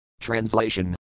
Translation